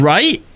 Right